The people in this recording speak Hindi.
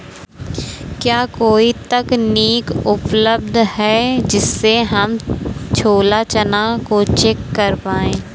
क्या कोई तकनीक उपलब्ध है जिससे हम छोला चना को चेक कर पाए?